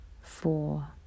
four